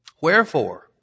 Wherefore